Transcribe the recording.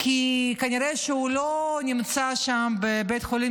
כי הוא כנראה לא נמצא שם בבית החולים